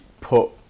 put